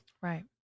right